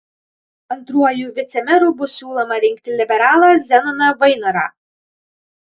antruoju vicemeru bus siūloma rinkti liberalą zenoną vainorą